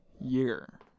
year